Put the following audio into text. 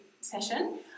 session